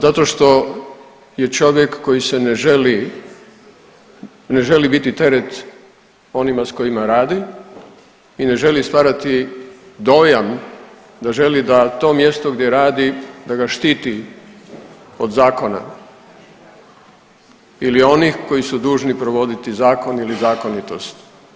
Pa zato što je čovjek koji se ne želi, ne želi biti teret onima s kojima radi i ne želi stvarati dojam da želi da to mjesto gdje radi, da ga štiti od zakona ili onih koji su dužni provoditi zakon ili zakonitost.